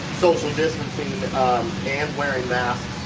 social distancing and wearing masks.